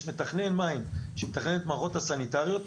מתכנן מים שמתכנן את המערכות הסניטריות,